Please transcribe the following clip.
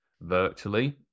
virtually